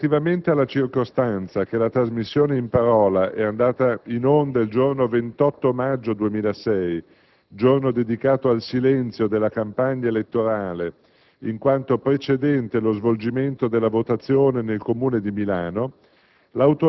Relativamente alla circostanza che la trasmissione in parola è andata in onda il giorno 28 maggio 2006, giorno dedicato al silenzio della campagna elettorale in quanto precedente lo svolgimento della votazione nel comune di Milano,